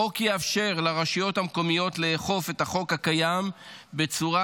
החוק יאפשר לרשויות המקומיות לאכוף את החוק הקיים בצורה